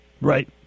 Right